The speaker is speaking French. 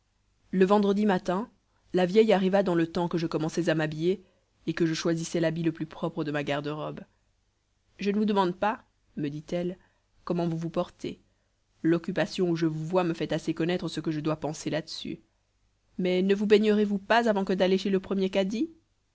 le vendredi matin la vieille arriva dans le temps que je commençais à m'habiller et que je choisissais l'habit le plus propre de ma garde-robe je ne vous demande pas me dit-elle comment vous vous portez l'occupation où je vous vois me fait assez connaître ce que je dois penser là-dessus mais ne vous baignerez vous pas avant que d'aller chez le premier cadi